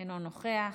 אינו נוכח.